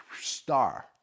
star